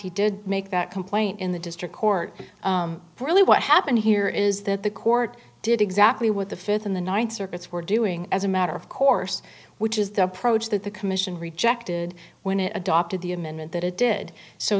he did make that complaint in the district court for really what happened here is that the court did exactly what the th in the th circuit's were doing as a matter of course which is the approach that the commission rejected when it adopted the amendment that it did so